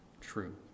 true